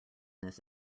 this